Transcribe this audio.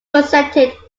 consented